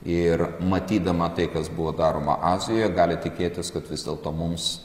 ir matydama tai kas buvo daroma azijoje gali tikėtis kad vis dėlto mums